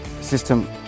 system